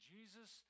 Jesus